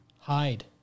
Hide